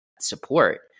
support